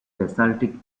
basaltic